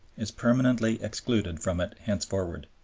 is permanently excluded from it henceforward.